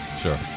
Sure